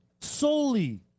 Solely